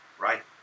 right